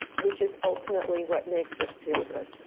which is ultimately what makes us feel good